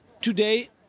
today